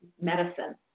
medicine